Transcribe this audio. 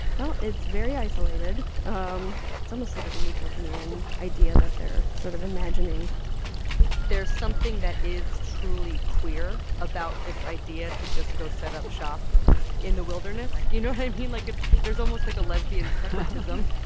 well, it's very isolated. um it's almost sort of a utopian idea that they're sort of imagining there's something that is truly queer about this idea to just go set up shop in the wilderness. you know what i mean? like, it's there's almost like, a lesbian separatism